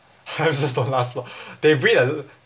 hamsters don't last long they breed a l~